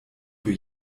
für